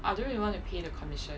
I don't really want to pay the commission